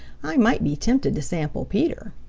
i might be tempted to sample peter.